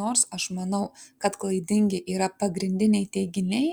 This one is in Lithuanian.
nors aš manau kad klaidingi yra pagrindiniai teiginiai